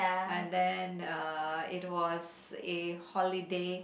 and then uh it was a holiday